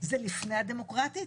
זה לפני הדמוקרטית,